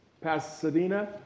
Pasadena